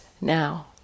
now